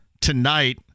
tonight